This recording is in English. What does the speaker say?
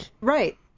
Right